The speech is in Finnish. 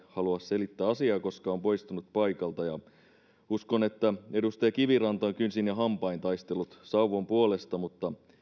halua selittää asiaa koska on poistunut paikalta uskon että edustaja kiviranta on kynsin ja hampain taistellut sauvon puolesta mutta